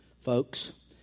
folks